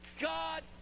God